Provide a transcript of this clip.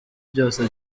byose